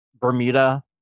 Bermuda